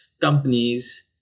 companies